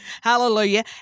Hallelujah